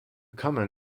common